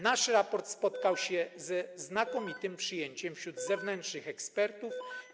Nasz raport spotkał się ze znakomitym przyjęciem wśród zewnętrznych ekspertów.